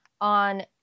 on